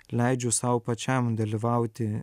leidžiu sau pačiam dalyvauti